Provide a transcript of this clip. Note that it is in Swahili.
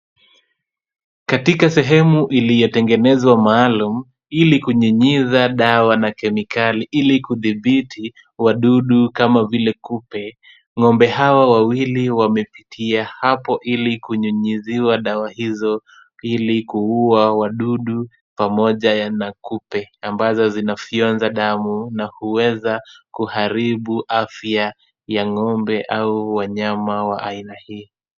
Katika sehemu iliyotengenezwa maalum ili kunyunyiza dawa na kemikali ili kudhibiti wadudu kama vile kupe. Ng'ombe hawa wawili wamepitia hapo ili kunyunyiziwa dawa hizo ili kuua wadudu pamoja na kupe ambazo zinafyonza damu na huweza kuharibu afya ya ng'ombe au wanyama wa aina hii.